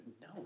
No